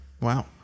Wow